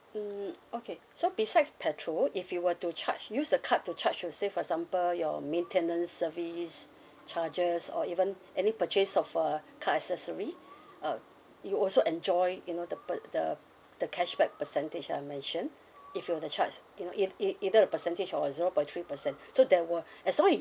mm okay so besides petrol if you were to charge use the card to charge you say for example your maintenance service charges or even any purchase of a car accessory uh you also enjoy you know the per~ the the cashback percentage I mentioned if you were to charge if if either the percentage or zero point three percent so there were as long as